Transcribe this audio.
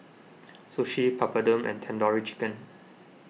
Sushi Papadum and Tandoori Chicken